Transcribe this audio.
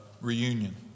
reunion